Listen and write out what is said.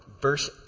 Verse